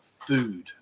food